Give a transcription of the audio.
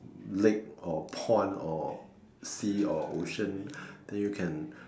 lake or pond or sea or ocean then you can